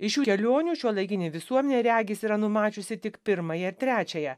iš šių kelionių šiuolaikinė visuomenė regis yra numačiusi tik pirmąją ir trečiąją